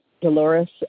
Dolores